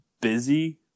busy